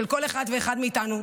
של כל אחד ואחד מאיתנו,